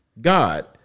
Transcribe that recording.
God